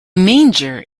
manger